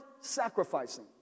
sacrificing